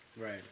Right